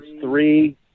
three